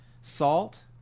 salt